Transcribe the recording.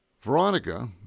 Veronica